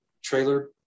trailer